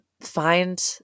find